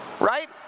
Right